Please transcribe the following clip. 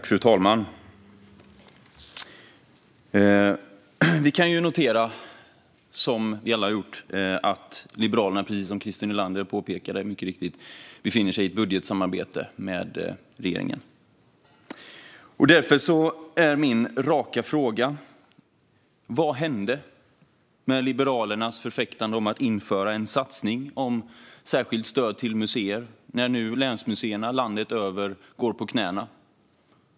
Fru talman! Vi kan, som vi alla har gjort, notera att Liberalerna, precis som Christer Nylander mycket riktigt påpekade, befinner sig i ett budgetsamarbete med regeringen. Därför är min raka fråga: Vad hände med Liberalernas förfäktande av att införa en satsning på särskilt stöd till museer? Nu går länsmuseerna landet över på knäna.